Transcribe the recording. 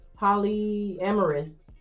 polyamorous